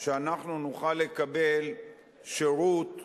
שאנחנו נוכל לקבל שירות שיוכר.